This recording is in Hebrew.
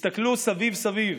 תסתכלו סביב סביב